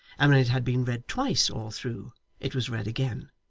and when it had been read twice all through it was read again.